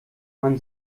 man